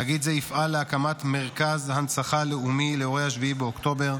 תאגיד זה יפעל להקמת מרכז הנצחה לאומי לאירועי 7 באוקטובר.